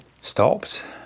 stopped